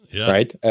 right